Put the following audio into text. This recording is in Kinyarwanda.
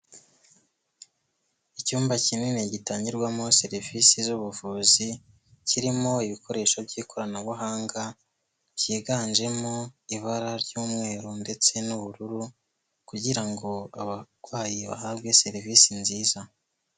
Icyumba kinini gitangirwamo serivisi z'ubuvuzi, kirimo ibikoresho by'ikoranabuhanga, byiganjemo ibara ry'umweru ndetse n'ubururu, kugira ngo abarwayi bahabwe serivisi nziza.